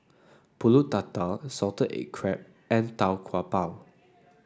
pulut Tatal Salted Egg Crab and Tau Kwa Pau